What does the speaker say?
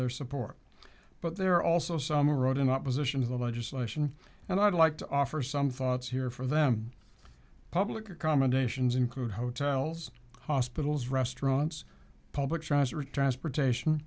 their support but there are also some wrote in opposition to the legislation and i'd like to offer some thoughts here for them public accommodations include hotels hospitals restaurants public trans